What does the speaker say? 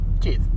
cheers